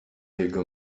jego